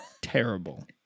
terrible